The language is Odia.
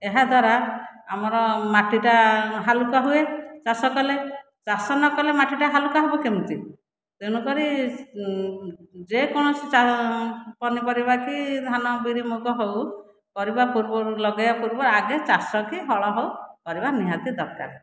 ଏହାଦ୍ୱାରା ଆମର ମାଟିଟା ହାଲୁକା ହୁଏ ଚାଷ କଲେ ଚାଷ ନ କଲେ ମାଟିଟା ହାଲୁକା ହେବ କେମିତି ତେଣୁକରି ଯେକୌଣସି ପନିପରିବା କି ଧାନ ବିରି ମୁଗ ହେଉ କରିବା ପୂର୍ବରୁ ଲଗେଇବା ପୂର୍ବରୁ ଆଗେ ଚାଷ କି ହଳ ହେଉ କରିବା ନିହାତି ଦରକାର